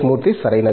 మూర్తి సరైనది